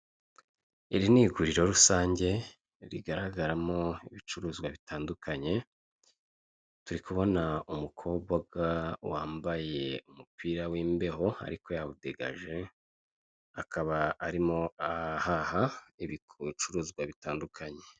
iri ni iguriro rusange rigaragaramo ibicuruzwa bitandukanye turi kubona umukobwa wambaye umupira w'imbeho ariko yawudegaje, akaba arimo ahaha ibicuruzwa bitandukanye.